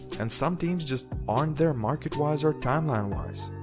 and some teams just aren't there market-wise or timeline-wise.